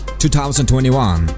2021